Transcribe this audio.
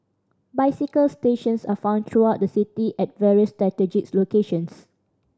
bicycle stations are found throughout the city at various locations